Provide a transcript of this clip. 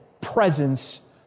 presence